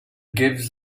gives